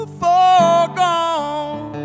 foregone